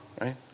right